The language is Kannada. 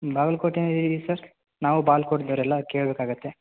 ಬಾಗಲಕೋಟೆ ಸರ್ ನಾವು ಬಾಗಲಕೋಟ್ದರಲ್ಲ ಕೇಳ್ಬೇಕಾಗುತ್ತೆ